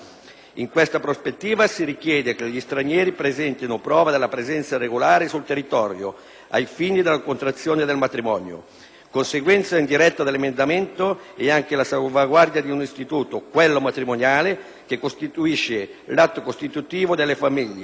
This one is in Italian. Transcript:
in questa prospettiva, si richiede che gli stranieri presentino prova della presenza regolare sul territorio ai fini della contrazione del matrimonio. Conseguenza indiretta dell'emendamento è anche la salvaguardia di un istituto - quello matrimoniale - che rappresenta l'atto costitutivo delle famiglie su cui si